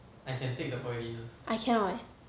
I cannot eh